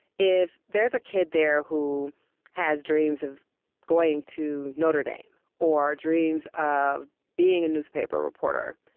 if there's a kid there who has dreams of going to notre dame or dreams of being a newspaper reporter,